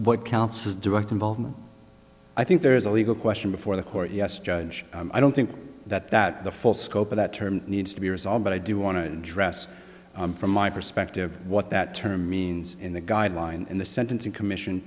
what counts is direct involvement i think there is a legal question before the court yes judge i don't think that that the full scope of that term needs to be resolved but i do want to address from my perspective what that term means in the guideline in the sentencing commission